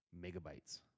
megabytes